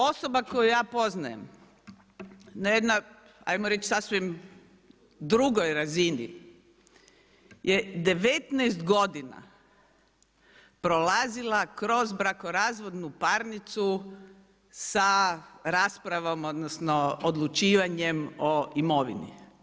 Osoba koju ja poznajem, na jedno, ajmo reći, sasvim drugoj razini, je 19 godina prolazila kroz brakorazvodnu parnicu sa raspravom, odnosno, odlučivanjem o imovini.